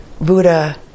Buddha